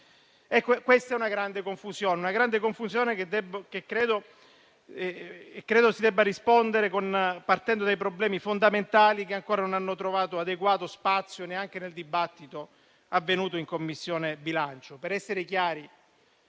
questa grande confusione si debba rispondere partendo dai problemi fondamentali che ancora non hanno trovato adeguato spazio neanche nel dibattito avvenuto in Commissione bilancio.